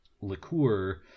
liqueur